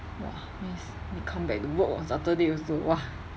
!wah! means need come back to work on saturday also !wah!